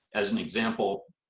as an example,